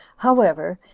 however,